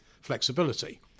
flexibility